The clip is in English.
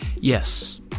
Yes